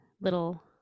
little